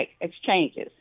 exchanges